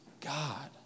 God